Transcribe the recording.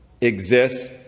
exists